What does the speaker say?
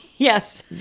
Yes